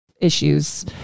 issues